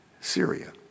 Syria